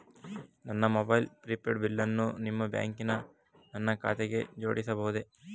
ನನ್ನ mobile prepaid ಬಿಲ್ಲನ್ನು ನಿಮ್ಮ ಬ್ಯಾಂಕಿನ ನನ್ನ ಖಾತೆಗೆ ಜೋಡಿಸಬಹುದೇ?